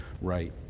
right